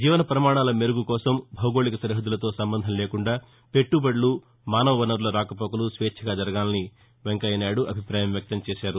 జీవన పమాణాల మెరుగు కోసం భౌగోళిక సరిహద్యలతో సంబంధం లేకుండా పెట్టుబడులు మానవ వనరుల రాకపోకలు స్వేచ్చగా జరగాలని వెంకయ్య నాయుడు అభిపాయం వ్యక్తం చేశారు